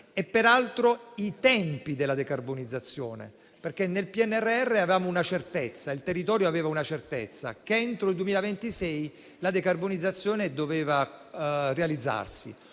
saranno i tempi della decarbonizzazione, perché nel PNRR il territorio aveva la certezza che entro il 2026 la decarbonizzazione doveva realizzarsi.